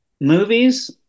movies